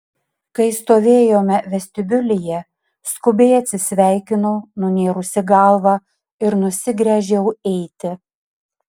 kai stovėjome vestibiulyje skubiai atsisveikinau nunėrusi galvą ir nusigręžiau eiti